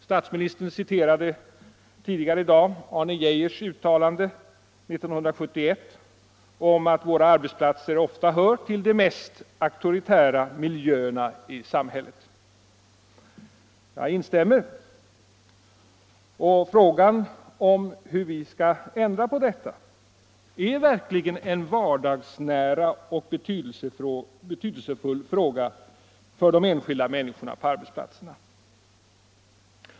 Statsministern citerade tidigare i dag Arne Geijers uttalande från 1971 om att våra arbetsplatser ofta hör till de mest auktoritära miljöerna i samhället. Jag instämmer i det uttalandet. Frågan om hur vi skall ändra på det är verkligen en vardagsnära och betydelsefull fråga för de enskilda människorna på arbetsplatserna.